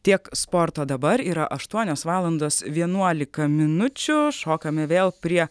tiek sporto dabar yra aštuonios valandos vienuolika minučių šokame vėl prie